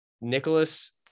Nicholas